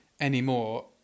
anymore